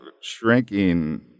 shrinking